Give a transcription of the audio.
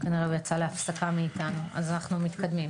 אז שנייה.